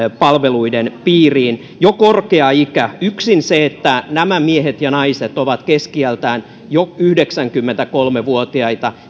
palveluiden piiriin jo korkea ikä jo yksin se että nämä miehet ja naiset ovat keski iältään jo yhdeksänkymmentäkolme vuotiaita